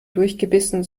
durchgebissen